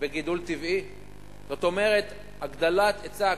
בגידול טבעי, כלומר הגדלת היצע הקרקעות,